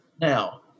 now